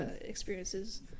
experiences